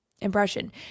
impression